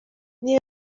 n’iyo